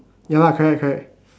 ya lah correct correct